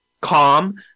calm